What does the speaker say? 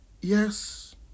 Yes